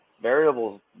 Variables